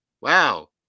Wow